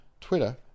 Twitter